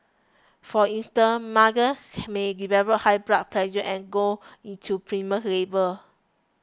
for instance mothers may develop high blood pressure and go into labour